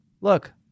look